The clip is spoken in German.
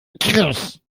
mickrig